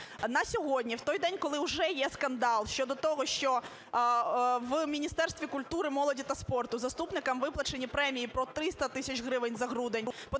На сьогодні, в той день, коли уже є скандал щодо того, що в Міністерстві культури, молоді та спорту заступникам виплачені премії по 300 тисяч гривень за грудень,